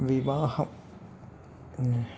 വിവാഹം പിന്നെ